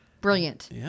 brilliant